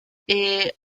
est